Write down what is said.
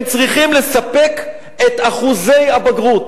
הם צריכים לספק את אחוזי הבגרות.